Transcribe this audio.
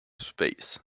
space